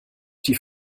die